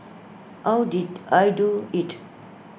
how did I do IT